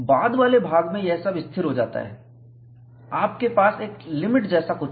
बाद वाले भाग में यह सब स्थिर हो जाता है आपके पास एक लिमिट जैसा कुछ है